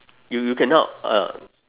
you you cannot uh